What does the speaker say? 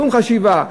שום חשיבה,